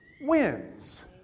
wins